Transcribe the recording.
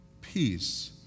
Peace